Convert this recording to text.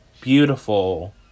beautiful